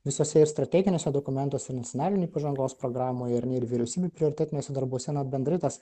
visuose ir strateginiuose dokumentuose ir nacionalinėj pažangos programoj ar ne ir vyriausybės prioritetiniuose darbuose na bendrai tas